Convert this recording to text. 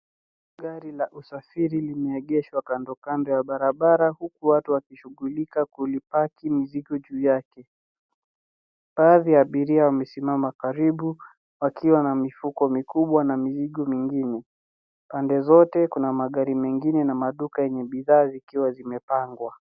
Gari la usafiri limeegeshwa kando kando ya barabara huku watu wakishughulika kulipaki mizigo juu yake baadhi ya abiria wamesimama karibu wakiwa na mifuko mikubwa na mizigo mingine pande zote kuna magari mengine na maduka yenye bidhaa zikiwa zimepangwa.